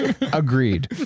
Agreed